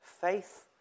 faith